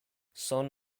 son